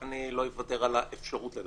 אני לא אוותר על האפשרות לדבר.